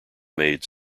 made